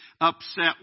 upset